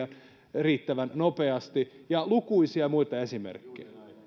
riittävän nopeasti ja lukuisia muita esimerkkejä